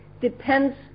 depends